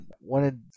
wanted